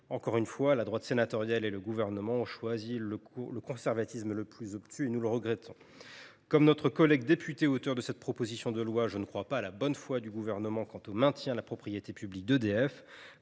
Encore une fois, la droite sénatoriale et le Gouvernement ont choisi le conservatisme le plus obtus ; nous le regrettons. Comme notre collègue député auteur de cette proposition de loi, je ne crois pas à la bonne foi du Gouvernement quant au maintien de la propriété publique d’EDF.